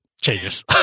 Changes